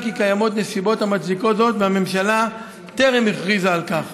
כי קיימות נסיבות המצדיקות זאת והממשלה טרם הכריזה על כך.